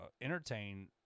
entertain